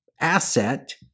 asset